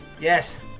Yes